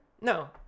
No